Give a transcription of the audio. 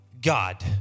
God